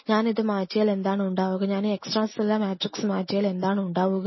ഞാൻ ഇതു മാറ്റിയാൽ എന്താണ് ഉണ്ടാവുക ഞാനീ എക്സ്ട്രാ സെല്ലുലാർ മാട്രിക്സ് മാറ്റിയാൽ എന്താണ് ഉണ്ടാവുക